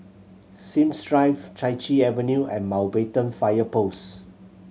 Sims Drive Chai Chee Avenue and Mountbatten Fire Post